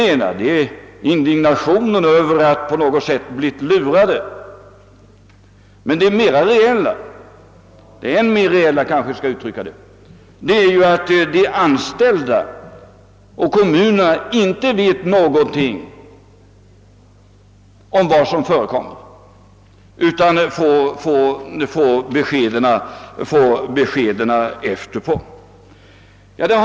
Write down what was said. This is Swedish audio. Vi är indignerade över att på något sätt ha blivit lurade, men det mera reella är ju att de anställda och kommunerna inte har fått veta någonting av vad som förekommit utan fått beskeden efteråt.